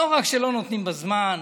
לא רק שלא נותנים בזמן,